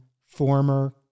former